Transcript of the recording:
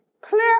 Clear